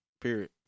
period